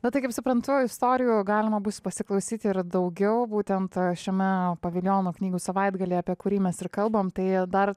na tai kaip suprantu istorijų galima bus pasiklausyti ir daugiau būtent šiame paviljono knygų savaitgalyje apie kurį mes ir kalbam tai dar